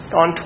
on